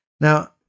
Now